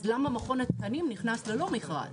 אז למה מכון התקנים נכנס ללא מכרז?